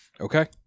okay